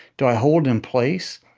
do i hold in place?